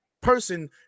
person